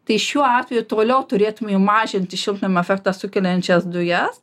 tai šiuo atveju toliau turėtumėm mažinti šiltnamio efektą sukeliančias dujas